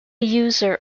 user